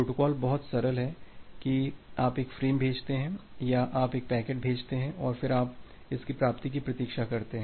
protocol बहुत सरल है कि आप एक फ्रेम भेजते हैं या आप एक पैकेट भेजते हैं और फिर आप इसकी प्राप्ति की प्रतीक्षा करते हैं